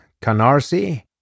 Canarsie